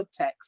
subtext